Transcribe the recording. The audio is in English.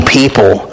people